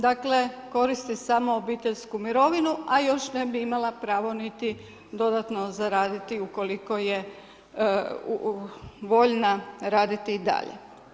Dakle, koristi samo obiteljsku mirovinu, a još ne bi imala pravo niti, dodatno zaraditi, ukoliko je voljna raditi i dalje.